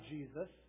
Jesus